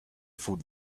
food